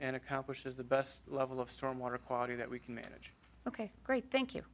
and accomplishes the best level of storm water quality that we can manage ok great thank you